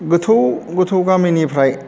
गोथौ गोथौ गामिनिफ्राय